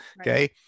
okay